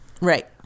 Right